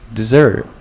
dessert